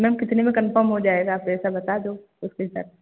ma'am कितने में confirm हो जाएगा आप ऐसा बता दो उस हिसाब से